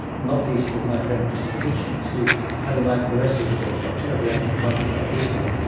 not least with my friend christopher hitchens who having liked the rest of the book got terribly up in arms about this one.